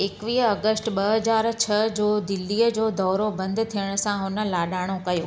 एकवीह अगस्त ब हजार छह जो दिल्लीअ जो दौरो बंदु थियण सां हुन लाडा॒णो कयो